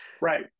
right